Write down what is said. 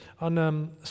on